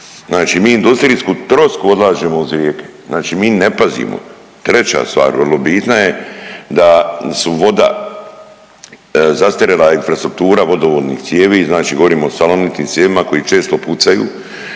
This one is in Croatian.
mi industrijsku trosku odlažemo uz rijeke, znači mi ne pazimo. Treća stvar vrlo bitna je da su voda, zastarjela infrastruktura vodovodnih cijevi, znači govorimo o salonitnim cijevima koji često pucaju.